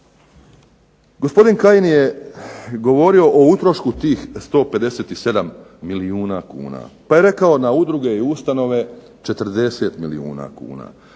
Gospodin Kajin je govorio o utrošku tih 157 milijuna kuna pa je rekao na udruge i ustanove 40 milijuna kuna,